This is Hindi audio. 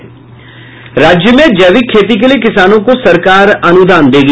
राज्य में जैविक खेती के लिये किसानों को सरकार अनुदान देगी